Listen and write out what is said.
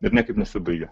ir niekaip nesibaigia